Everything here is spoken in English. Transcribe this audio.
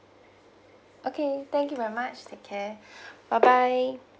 okay thank you very much take care bye bye